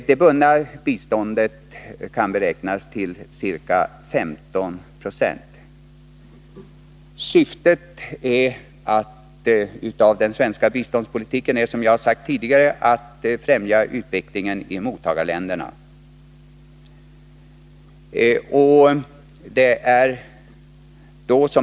Det bundna biståndets andel kan beräknas till ca 15 20 av det totala biståndsanslaget. Syftet med den svenska biståndspolitiken är, som jag sagt tidigare, att främja utvecklingen i mottagarländerna.